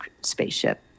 spaceship